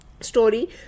story